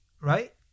right